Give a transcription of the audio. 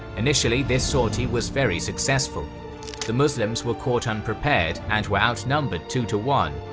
initially this sortie was very successful the muslims were caught unprepared and were outnumbered two to one,